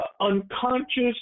unconscious